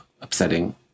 upsetting